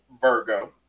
Virgo